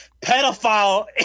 pedophile